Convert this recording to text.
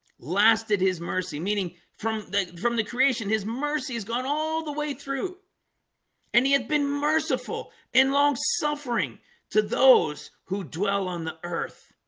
lasted his mercy meaning from the from the creation his mercy has gone all the way through and he had been merciful and long suffering to those who dwell on the earth